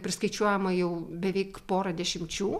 priskaičiuojama jau beveik porą dešimčių